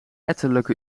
ettelijke